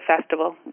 festival